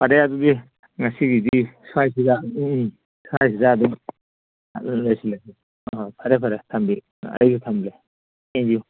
ꯐꯔꯦ ꯑꯗꯨꯗꯤ ꯉꯁꯤꯒꯤꯗꯤ ꯁ꯭ꯋꯥꯏꯁꯤꯗ ꯎꯝ ꯎꯝ ꯁ꯭ꯋꯥꯏꯁꯤꯗ ꯑꯗꯨꯝ ꯂꯣꯏꯁꯤꯜꯂꯁꯤ ꯑꯥ ꯐꯔꯦ ꯐꯔꯦ ꯊꯝꯕꯤꯔꯣ ꯑꯩꯁꯨ ꯊꯝꯒꯦ ꯊꯦꯡ ꯌꯨ